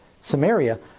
Samaria